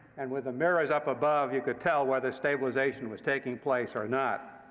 and with the mirrors up above, you could tell whether stabilization was taking place or not.